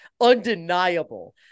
undeniable